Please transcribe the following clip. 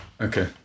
Okay